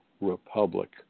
republic